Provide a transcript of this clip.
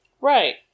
Right